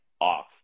off